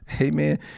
Amen